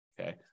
Okay